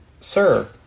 sir